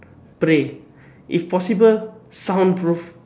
pray if possible sound proof